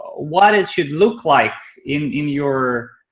what it should look like in in your